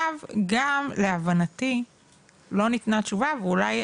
גם להבנתי לא ניתנה תשובה, ואולי